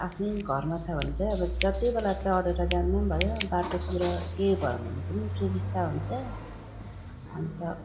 आफ्नै घरमा छ भने चाहिँ अब जतिबेला चढेर जान्दा पनि भयो बाटोतिर के भयो भने पनि सुविस्ता हुन्छ अन्त